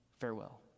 Farewell